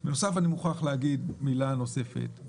אני מוכרח להגיד מילה נוספת.